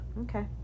okay